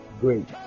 Great